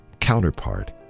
counterpart